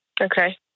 Okay